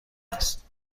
است